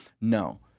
No